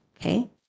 Okay